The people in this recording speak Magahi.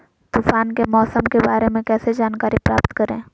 तूफान के मौसम के बारे में कैसे जानकारी प्राप्त करें?